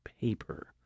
paper